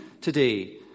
today